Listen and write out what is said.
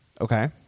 Okay